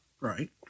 Right